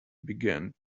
began